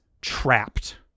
trapped